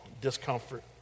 discomfort